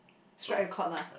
strike a court lah